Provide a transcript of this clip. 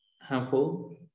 handful